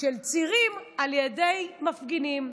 של צירים על ידי מפגינים.